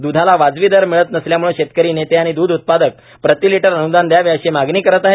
दुधाला वाजवी दर मिळत नसल्यामुळे शेतकरी नेते आणि दूध उत्पादक प्रतिलिटर अनुदान द्यावे अशी मागणी करत आहेत